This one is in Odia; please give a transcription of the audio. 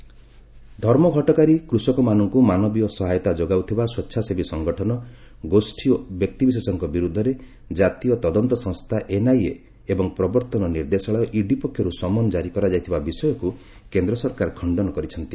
ସେଣ୍ଟର୍ କ୍ଲାରିଫିକେସନ୍ ଧର୍ମଘଟକାରୀ କୃଷକମାନଙ୍କୁ ମାନବୀୟ ସହାୟତା ଯୋଗାଉଥିବା ସ୍ୱେଚ୍ଛାସେବୀ ସଙ୍ଗଠନ ଗୋଷ୍ଠୀ ଓ ବ୍ୟକ୍ତିବିଶେଷଙ୍କ ବିରୁଦ୍ଧରେ ଜାତୀୟ ତଦନ୍ତ ସଂସ୍ଥା ଏନ୍ଆଇଏ ଏବଂ ପ୍ରବର୍ତ୍ତନ ନିର୍ଦ୍ଦେଶାଳୟ ଇଡ଼ି ପକ୍ଷରୁ ସମନ ଜାରି କରାଯାଇଥିବା ବିଷୟକୁ କେନ୍ଦ୍ର ସରକାର ଖଶ୍ଚନ କରିଛନ୍ତି